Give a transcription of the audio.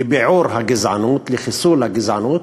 לביעור הגזענות, לחיסול הגזענות,